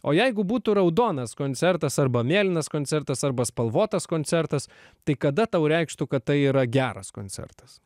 o jeigu būtų raudonas koncertas arba mėlynas koncertas arba spalvotas koncertas tai kada tau reikštų kad tai yra geras koncertas